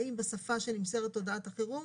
האם בשפה שבה נמסרת הודעת החירום,